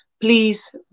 please